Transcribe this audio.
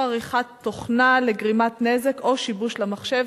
עריכת תוכנה לגרימת נזק או שיבוש למחשב,